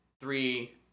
Three